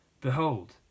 Behold